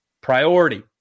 priority